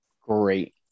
Great